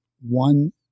one